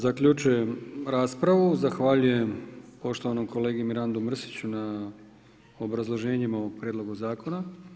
Zaključujem raspravu, zahvaljujem poštovanom kolegi Mirandu Mrsiću na obrazloženjima ovog Prijedloga zakona.